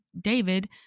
David